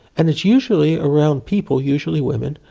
and it's usually around people, usually women,